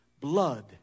Blood